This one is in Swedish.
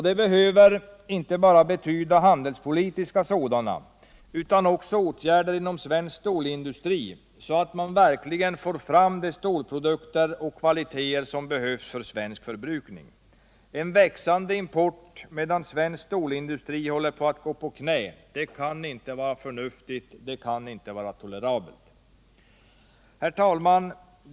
Det behöver inte bara betyda handelspolitiska sådana utan också åtgärder inom svensk stålindustri, så att man verkligen får fram de stålprodukter och kvaliteter som behövs för svensk förbrukning. En växande import medan svensk stålindustri håller på att gå på knä kan inte vara förnuftigt och tolerabelt. Herr talman!